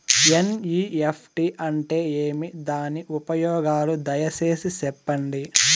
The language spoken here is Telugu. ఎన్.ఇ.ఎఫ్.టి అంటే ఏమి? దాని ఉపయోగాలు దయసేసి సెప్పండి?